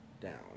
down